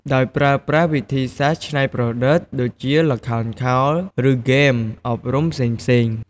ដោយប្រើប្រាស់វិធីសាស្ត្រច្នៃប្រឌិត ដូចជាល្ខោនខោល ឬហ្គេមអប់រំផ្សេងៗ។